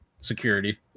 security